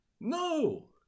No